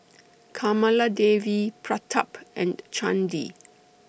Kamaladevi Pratap and Chandi